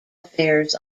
affairs